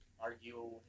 argue